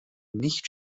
nicht